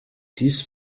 dies